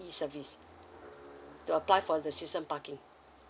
E service to apply for the system parking